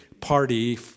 party